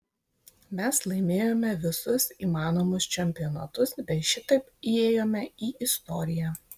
mes laimėjome visus įmanomus čempionatus bei šitaip įėjome į istoriją